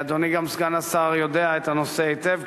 אדוני סגן השר גם יודע את הנושא היטב,